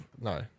no